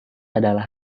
adalah